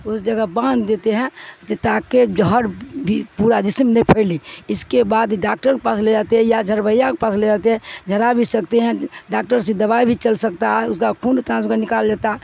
اس جگہ باندھ دیتے ہیں تا کہ زہر بھی پورا جسم نے پھیلے اس کے بعد ڈاکٹر کے پاس لے جاتے ہیں یا جھڑویا کے پاس لے جاتے ہیں جھڑا بھی سکتے ہیں ڈاکٹر سے دوائی بھی چل سکتا ہے اس کا خون کا نکال لیتا ہے